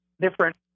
different